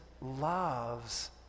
loves